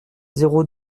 zéro